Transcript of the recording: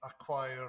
acquire